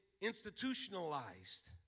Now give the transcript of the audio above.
institutionalized